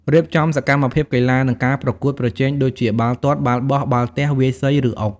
រៀបចំសកម្មភាពកីឡា និងការប្រកួតប្រជែង ដូចជា បាល់ទាត់ បាល់បោះ បាល់ទះ វាយសី ឬអុក។